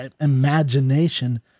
imagination